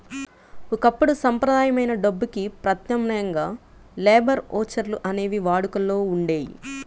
ఒకప్పుడు సంప్రదాయమైన డబ్బుకి ప్రత్యామ్నాయంగా లేబర్ ఓచర్లు అనేవి వాడుకలో ఉండేయి